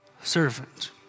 servant